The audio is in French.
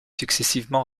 successivement